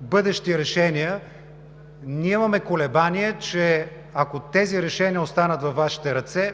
бъдещи решения. Ние имаме колебания, че ако тези решения останат във Вашите ръце,